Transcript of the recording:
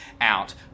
out